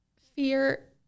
Fear